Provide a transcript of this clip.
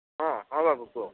ହଁ ହଁ ବାବୁ କୁହ